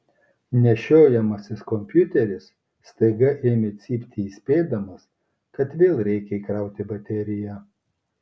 nešiojamasis kompiuteris staiga ėmė cypti įspėdamas kad vėl reikia įkrauti bateriją